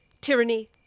tyranny